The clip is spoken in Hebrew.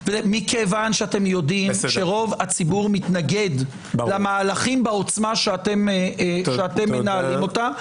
כי אתם יודעים שרוב הציבור מתנגד למהלכים בעוצמה שאתם מנהלים אותה,